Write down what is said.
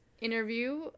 Interview